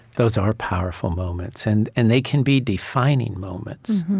those are powerful moments, and and they can be defining moments.